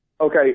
Okay